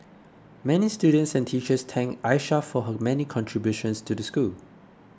many students and teachers thanked Aisha for her many contributions to the school